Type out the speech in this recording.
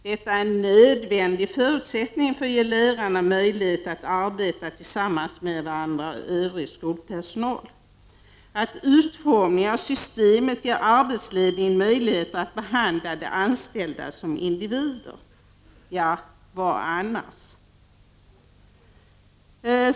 Detta är en nödvändig förutsättning för att ge lärarna möjlighet att arbeta tillsammans med varandra och med övrig skolpersonal. - Att utformningen av systemet ger arbetsledningen möjligheter att behandla de anställda som individer. Vad annars?